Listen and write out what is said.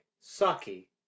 SAKI